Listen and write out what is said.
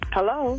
Hello